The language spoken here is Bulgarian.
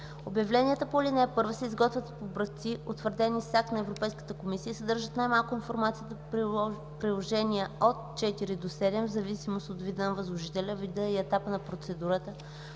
Обявленията по ал. 1 се изготвят по образци, утвърдени с акт на Европейската комисия, и съдържат най-малко информацията по приложения № 4-7 в зависимост от вида на възложителя, вида и етапа на процедурата,